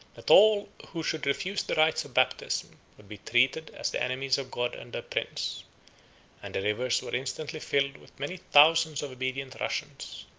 that all who should refuse the rites of baptism would be treated as the enemies of god and their prince and the rivers were instantly filled with many thousands of obedient russians,